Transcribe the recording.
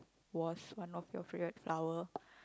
was one of your favourite flower